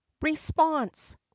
Response